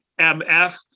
MF